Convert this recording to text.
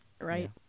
Right